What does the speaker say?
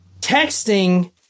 texting